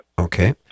Okay